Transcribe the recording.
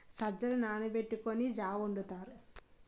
సజ్జలు నానబెట్టుకొని జా వొండుతారు